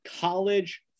college